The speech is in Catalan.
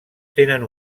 tenen